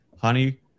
honey